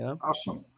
Awesome